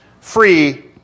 free